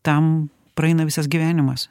tam praeina visas gyvenimas